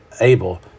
able